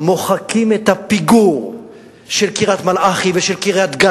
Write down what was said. מוחקים את הפיגור של קריית-מלאכי ושל קריית-גת